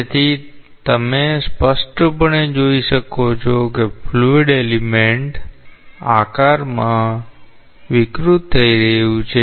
તેથી તમે સ્પષ્ટપણે જોઈ શકો છો કે ફ્લુઇડ એલિમેન્ટ આકારમાં વિકૃત થઈ રહયું છે